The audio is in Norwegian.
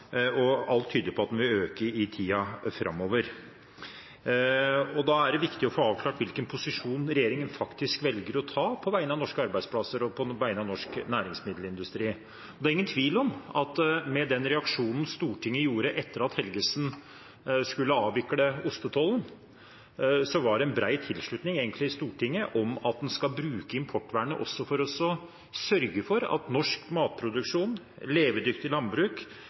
og alt tyder på at den vil øke i tiden framover. Da er det viktig å få avklart hvilken posisjon regjeringen faktisk velger å ta på vegne av norske arbeidsplasser og på vegne av norsk næringsmiddelindustri. Det er ingen tvil om at med den reaksjonen Stortinget hadde etter at Helgesen skulle avvikle ostetollen, var det egentlig bred tilslutning i Stortinget til at en skal bruke importvernet også for å sørge for at norsk matproduksjon og et levedyktig landbruk